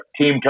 team